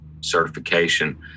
certification